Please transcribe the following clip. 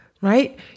Right